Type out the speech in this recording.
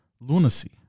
lunacy